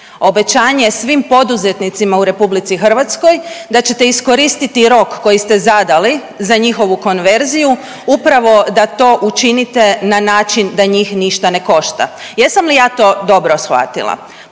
Obećanje svim poduzetnicima u Republici Hrvatskoj da ćete iskoristiti rok koji ste zadali za njihovu konverziju upravo da to učinite na način da njih ništa ne košta. Jesam li ja to dobro shvatila?